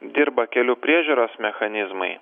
dirba kelių priežiūros mechanizmai